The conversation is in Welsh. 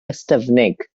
ystyfnig